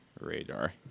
radar